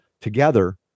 together